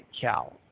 cow